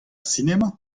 sinema